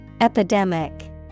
Epidemic